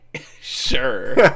Sure